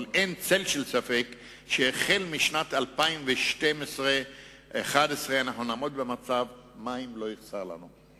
אבל אין לי צל של ספק שמשנת 2011/2012 נהיה במצב שמים לא יחסרו לנו.